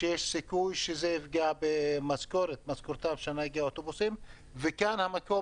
שיש סיכוי שזה יפגע במשכורתם של נהגי האוטובוסים וכאן המקום,